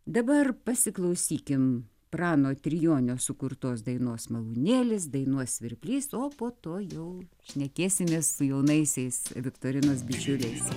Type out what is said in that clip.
dabar pasiklausykim prano trijonio sukurtos dainos malūnėlis dainuos svirplys o po to jau šnekėsimės su jaunaisiais viktorinos bičiuliais